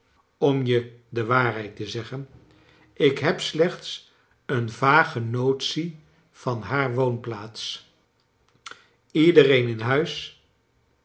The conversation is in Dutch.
om je de waarheid te zeggen ik heb slechts een vage notie van haar woonplaats iedereen in huis